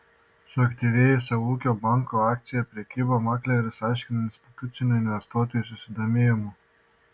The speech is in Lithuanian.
suaktyvėjusią ūkio banko akcijų prekybą makleris aiškina institucinių investuotojų susidomėjimu